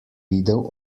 videl